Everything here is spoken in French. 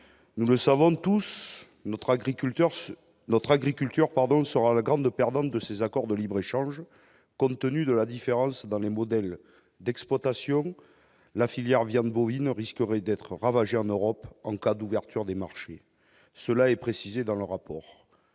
tous notre agriculture, notre agriculture, pardon, sera la grande perdante de ces accords de libre-échange contenu de la différence dans le modèle d'exploitation, la filière viande bovine risquerait d'être ravagée en Europe en cas d'ouverture des marchés, cela est précisé dans le rapport,